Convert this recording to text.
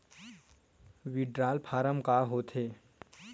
withdrawal form का होथेय